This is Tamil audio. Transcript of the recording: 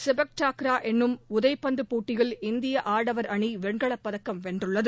செபக் தக்ரா என்னும் உதைப்பந்து போட்டியில் இந்திய ஆடவர் அணி வெண்கலப் பதக்கம் வென்றுள்ளது